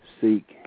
seek